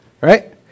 right